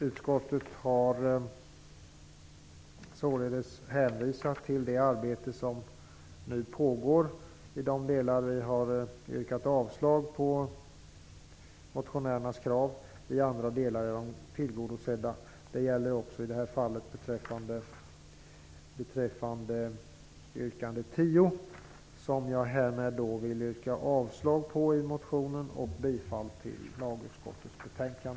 Utskottet har således hänvisat till det arbete som nu pågår i de delar där vi har yrkat avslag på motionärernas krav, och i andra delar är de tillgodosedda. Jag yrkar avslag på motionens yrkande nr 10 och bifall till lagutskottets hemställan.